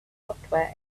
software